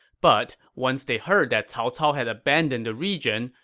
but once they heard that cao cao had abandoned the region,